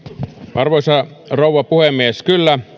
arvoisa rouva puhemies kyllä